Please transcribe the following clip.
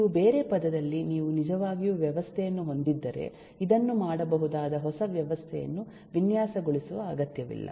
ನೀವು ಬೇರೆ ಪದದಲ್ಲಿ ನೀವು ನಿಜವಾಗಿಯೂ ವ್ಯವಸ್ಥೆಯನ್ನು ಹೊಂದಿದ್ದರೆ ಇದನ್ನು ಮಾಡಬಹುದಾದ ಹೊಸ ವ್ಯವಸ್ಥೆಯನ್ನು ವಿನ್ಯಾಸಗೊಳಿಸುವ ಅಗತ್ಯವಿಲ್ಲ